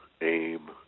aim